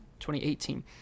2018